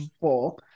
four